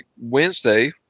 Wednesday